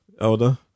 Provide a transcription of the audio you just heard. elder